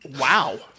Wow